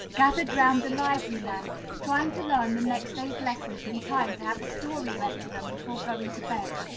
gathered round the library lamp, trying to learn the next day's lessons in time to have a story read to them before going to bed.